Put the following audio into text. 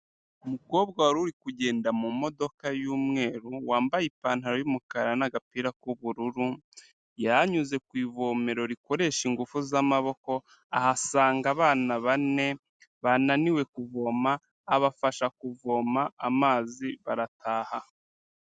Umukobwa wari uri kugenda mu modoka y'umweru, wambaye ipantaro y'umukara n'umupira kubururu, yari anyuze ku ivomero rikoresha ingufu z'amaboko ahasanga abana bane, bananiwe kuvoma abafasha kuvoma amazi barataha.